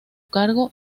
cargo